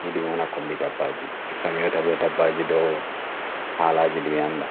ndi ndi wona kombe da bhaji ndi kami wotawe da bhaji do ndi ndi ndi ndi wianda